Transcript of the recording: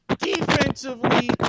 Defensively